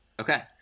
Okay